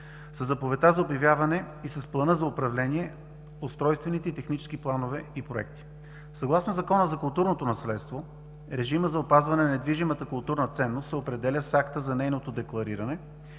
със заповед за обявяване и с плана за управление устройствените и технически планове и проекти. Съгласно Закона за културното наследство режимът за опазване на недвижимата културна ценност се определя с акта за нейното деклариране